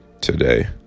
Today